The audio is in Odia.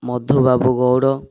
ମଧୁବାବୁ ଗୌଡ଼